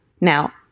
Now